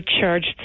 charged